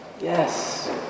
Yes